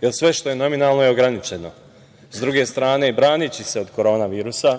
jer sve što je nominalno je ograničeno. Sa druge strane, braneći se od korona virusa,